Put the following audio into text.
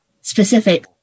specific